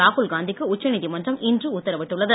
ராகுல்காந்திக்கு உச்ச நீதிமன்றம் இன்று உத்தரவிட்டுள்ளது